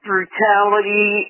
Brutality